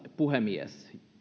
puhemies